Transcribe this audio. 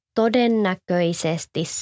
todennäköisesti